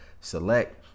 select